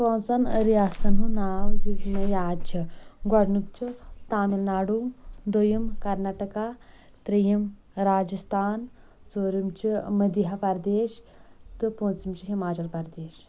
پٲنٛژن رِیاستن ہُنٛد ناو یِم مےٚ یاد چھِ گۄڈنیُک چھُ تامِلناڑو دوٚیِم کرناٹٕکا ترٛیٚیِم راجستھان ژوٗرِم چھُ مدھیہ پردیٚش تہٕ پٲنٛژِم چھُ ہِماچل پردیٚش